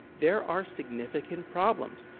there are significant problems.